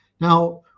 Now